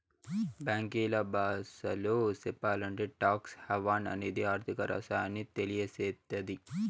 బ్యాంకీల బాసలో సెప్పాలంటే టాక్స్ హావెన్ అనేది ఆర్థిక రహస్యాన్ని తెలియసేత్తది